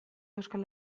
euskal